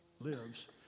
lives